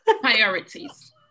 Priorities